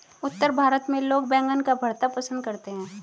उत्तर भारत में लोग बैंगन का भरता पंसद करते हैं